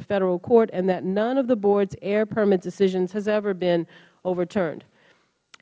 a federal court and that none of the board's air permit decisions has ever been overturned